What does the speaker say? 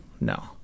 No